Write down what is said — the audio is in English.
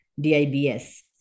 D-I-B-S